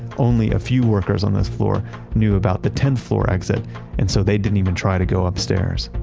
only a few workers on this floor knew about the tenth floor exit and so they didn't even tried to go upstairs.